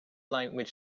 language